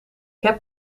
heb